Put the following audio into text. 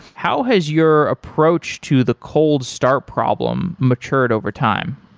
how has your approach to the code start problem matured over time?